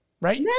right